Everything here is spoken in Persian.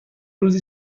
روزی